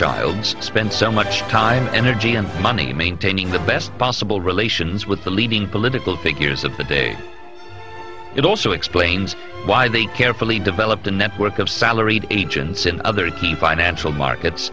childs spent so much time energy and money maintaining the best possible relations with the leading political figures of the day it also explains why they carefully developed a network of salaried agents in other key financial markets